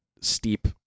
steep